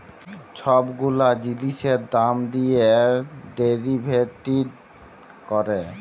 ছব গুলা জিলিসের দাম দিঁয়ে ডেরিভেটিভ ক্যরে